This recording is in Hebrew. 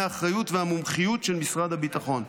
האחריות והמומחיות של משרד הביטחון".